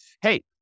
hey